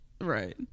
Right